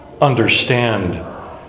understand